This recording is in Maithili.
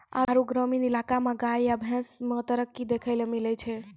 आरु ग्रामीण इलाका मे गाय या भैंस मे तरक्की देखैलै मिलै छै